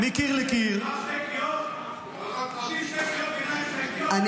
כל אחד שיקרא קריאת ביניים, תקרא אותו לסדר?